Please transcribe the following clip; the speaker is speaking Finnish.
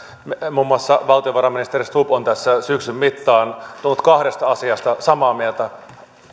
muun muassa valtiovarainministeri stubb on tässä syksyn mittaan ollut kahdesta asiasta samaa mieltä